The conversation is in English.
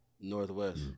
Northwest